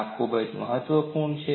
આ ખૂબ જ મહત્વપૂર્ણ છે